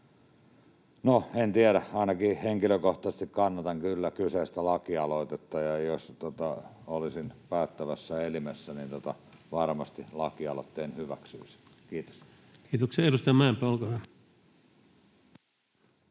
en tiedä. Ainakin henkilökohtaisesti kannatan kyllä kyseistä lakialoitetta, ja jos olisin päättävässä elimessä, niin varmasti lakialoitteen hyväksyisin. — Kiitos. [Speech 249] Speaker: